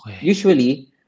usually